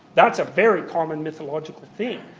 that's a very common mythological theme.